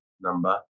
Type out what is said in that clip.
number